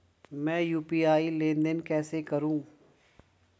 मैं यू.पी.आई लेनदेन कैसे करूँ?